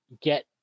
get